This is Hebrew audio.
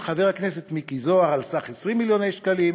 חבר הכנסת מיקי זוהר על סך 20 מיליוני שקלים,